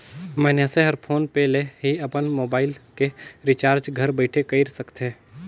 मइनसे हर PhonePe ले ही अपन मुबाइल के रिचार्ज घर बइठे कएर सकथे